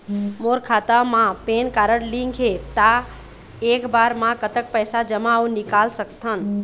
मोर खाता मा PAN card link हे ता एक बार मा कतक पैसा जमा अऊ निकाल सकथन?